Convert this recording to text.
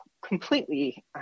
completely